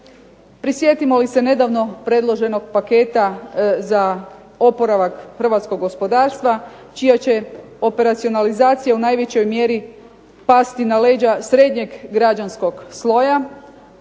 Prisjetimo li se nedavno predloženog paketa za oporavak hrvatskog gospodarstva čija će operacijalizacija pasti na leđa srednjeg građanskog sloja,